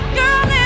girl